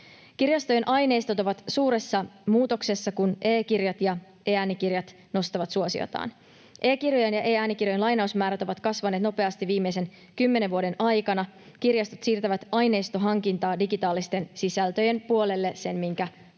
Kirjastojen aineistot ovat suuressa muutoksessa, kun e-kirjat ja e-äänikirjat nostavat suosiotaan. E-kirjojen ja e-äänikirjojen lainausmäärät ovat kasvaneet nopeasti viimeisen kymmenen vuoden aikana. Kirjastot siirtävät aineistohankintaa digitaalisten sisältöjen puolelle sen minkä pystyvät.